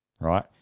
right